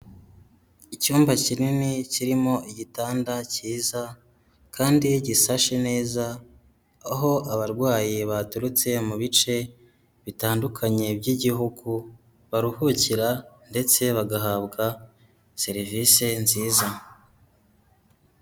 Icyumba kinini kirimo igitanda cyiza kandi gisashe neza, aho abarwayi baturutse mu bice bitandukanye by'igihugu baruhukira ndetse bagahabwa serivise nziza.